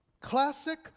classic